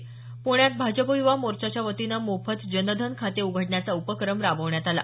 प्ण्यात भाजप युवा मोर्चाच्या वतीनं मोफत जन धन खाते उघडण्याचा उपक्रम राबवण्यात आला